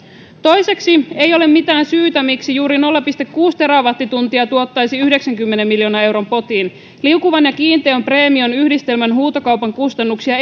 toiseksi ei ole mitään syytä miksi juuri nolla pilkku kuusi terawattituntia tuottaisi yhdeksänkymmenen miljoonan euron potin liukuvan ja kiinteän preemion yhdistelmän huutokaupan kustannuksia